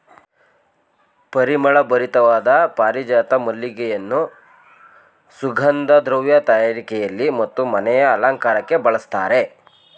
ಪರಿಮಳ ಭರಿತವಾದ ಪಾರಿಜಾತ ಮಲ್ಲಿಗೆಯನ್ನು ಸುಗಂಧ ದ್ರವ್ಯ ತಯಾರಿಕೆಯಲ್ಲಿ ಮತ್ತು ಮನೆಯ ಅಲಂಕಾರಕ್ಕೆ ಬಳಸ್ತರೆ